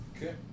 Okay